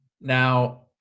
Now